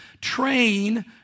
train